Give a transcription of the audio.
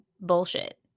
bullshit